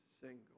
single